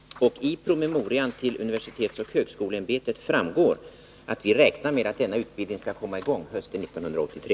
Av promemorian till UHÄ framgår att vi räknar med att denna utbildning skall komma i gång hösten 1983.